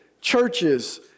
churches